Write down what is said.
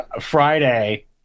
friday